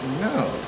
No